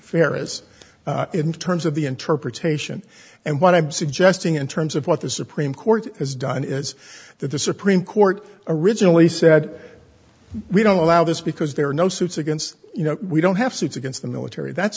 farrah's in terms of the interpretation and what i'm suggesting in terms of what the supreme court has done is that the supreme court originally said we don't allow this because there are no suits against you know we don't have suits against the military that's